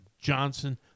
Johnson